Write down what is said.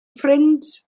ffrind